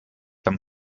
beim